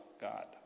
God